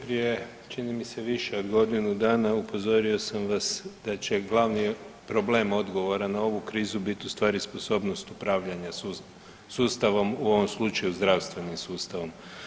Prije čini mi se više od godinu dana upozorio sam vas da će glavni problem odgovora na ovu krizu bit ustvari sposobnost upravljanja sustavom u ovom slučaju zdravstvenim sustavom.